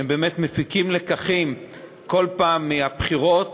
שבאמת מפיקים לקחים כל פעם מהבחירות